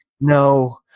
no